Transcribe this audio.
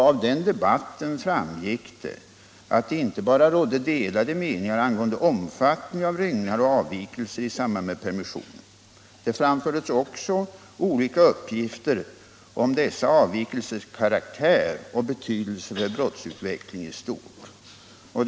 Av debatten framgick det inte bara att det råder delade meningar angående omfattningen av antalet rymningar och avvikanden i samband med permissioner, utan det framfördes också olika uppgifter om dessa avvikandens karaktär och betydelse för brottsutvecklingen i stort.